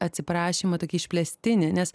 atsiprašymą tokį išplėstinį nes